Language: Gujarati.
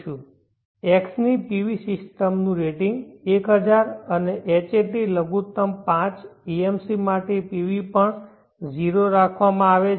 x ની PV સિસ્ટમનું રેટિંગ 1000 અને hat લઘુત્તમ 5 AMC માટે PV પણ 0 પર રાખવામાં આવે છે